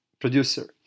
producer